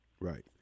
Right